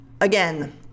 Again